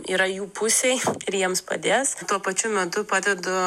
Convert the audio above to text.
yra jų pusėj ir jiems padės tuo pačiu metu padedu